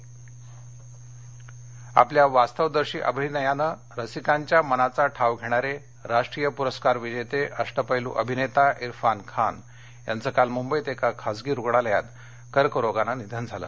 इरफान निधन आपल्या वास्तवदर्शी अभिनयानं रसिकांच्या मनाचा ठाव घेणारे राष्ट्रीय पुरस्कार विजेते अष्टपैलू अभिनेता इरफान खान यांचं काल मुंबईत एका खासगी रुग्णालयात कर्करोगानं निधन झालं